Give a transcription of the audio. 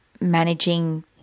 managing